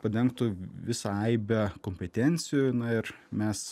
padengtų visą aibę kompetencijų ir mes